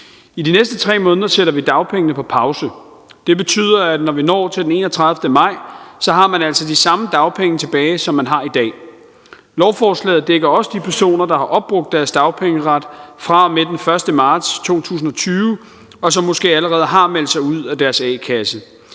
I de næste 3 måneder sætter vi dagpengene på pause. Det betyder, at når vi når til den 31. maj, har man altså de samme dagpenge tilbage, som man har i dag. Lovforslaget dækker også de personer, der har opbrugt deres dagpengeret fra og med den 1. marts 2020, og som måske allerede har meldt sig ud af deres a-kasse.